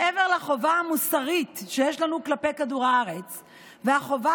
מעבר לחובה המוסרית שיש לנו כלפי כדור הארץ ולחובה